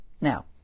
Now